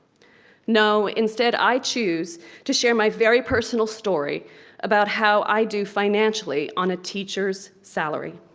no, instead i choose to share my very personal story about how i do financially on a teacher's salary.